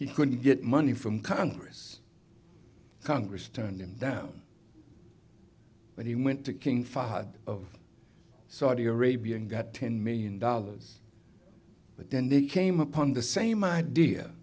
he couldn't get money from congress congress turned him down but he went to king fahd of saudi arabia and got ten million dollars but then they came upon the same idea